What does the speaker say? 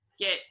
get